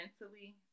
mentally